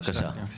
בבקשה.